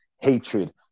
hatred